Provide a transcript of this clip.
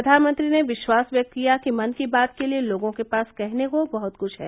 प्रधानमंत्री ने विश्वास व्यक्त किया कि मन की बात के लिए लोगों के पास कहने को बहुत कुछ है